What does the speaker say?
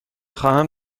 خواهم